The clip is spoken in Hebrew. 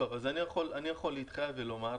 אני יכול להתחייב ולומר,